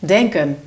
Denken